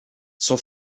son